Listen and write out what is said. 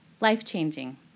Life-changing